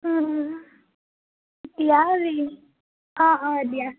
অঁ অঁ দিয়া